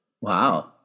Wow